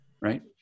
right